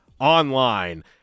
Online